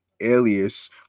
alias